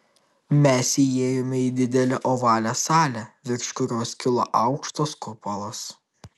mes įėjome į didelę ovalią salę virš kurios kilo aukštas kupolas